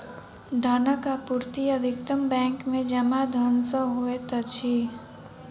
धनक आपूर्ति अधिकतम बैंक में जमा धन सॅ होइत अछि